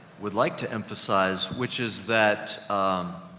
would like to emphasize, which is that, um,